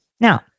Now